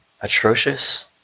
atrocious